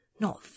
Not